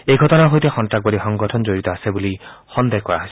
এই ঘটনাৰ সৈতে সন্ত্ৰাসবাদী সংগঠন জড়িত আছে বুলি সন্দেহ কৰা হৈছে